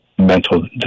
Mental